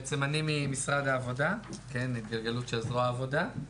בעצם אני ממשרד העבודה, התגלגלות של זרוע העבודה.